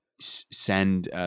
send